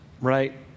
right